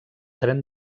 tren